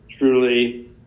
truly